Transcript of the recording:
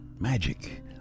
magic